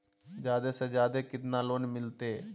जादे से जादे कितना लोन मिलते?